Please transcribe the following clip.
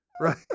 Right